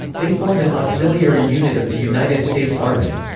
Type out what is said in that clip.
they formed an auxiliary unit of the united states army.